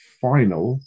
final